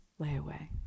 layaway